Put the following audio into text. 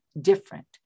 different